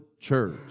church